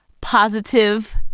positive